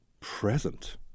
present